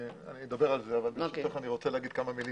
אני אדבר על זה אבל ברשותך אני רוצה לומר כמה מלים